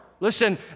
Listen